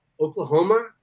Oklahoma